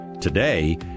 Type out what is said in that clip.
Today